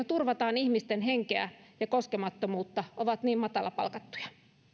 turvataan ihmisten henkeä ja koskemattomuutta ovat niin matalapalkattuja